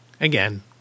Again